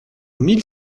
mille